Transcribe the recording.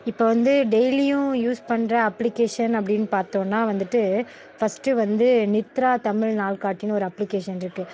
இப்போ வந்து டெய்லியும் யூஸ் பண்ணுற அப்ளிக்கேஷன் அப்படின்னு பார்த்தோன்னா வந்துட்டு ஃபஸ்ட்டு வந்து நித்ரா தமிழ் நாள்காட்டின்னு ஒரு அப்ளிக்கேஷன் இருக்குது